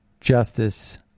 justice